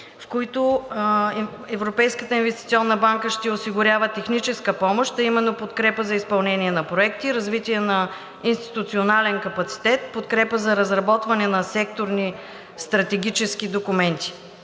в които Европейската инвестиционна банка ще осигурява техническа помощ, а именно: подкрепа за изпълнение на проекти; развитие на институционален капацитет; подкрепа за разработване на секторни стратегически документи.